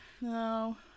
No